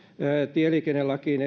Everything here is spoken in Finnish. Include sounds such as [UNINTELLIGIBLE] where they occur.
tieliikennelakiin [UNINTELLIGIBLE]